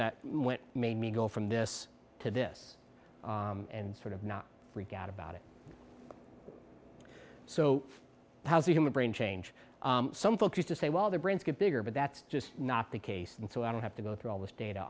that made me go from this to this and sort of not freak out about it so how's the human brain change some folks used to say well their brains get bigger but that's just not the case and so i don't have to go through all this data